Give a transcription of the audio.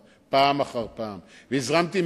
תודה.